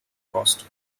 cost